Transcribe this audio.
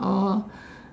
oh